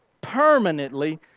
permanently